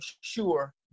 sure